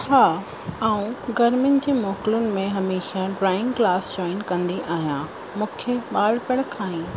हा ऐं गर्मियुनि जी मोकिलुनि में हमेशह ड्रॉइंग क्लास जॉइन कंदी आहियां मूंखे बालपण खां ई